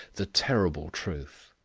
the terrible truth.